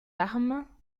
armes